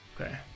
Okay